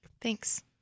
Thanks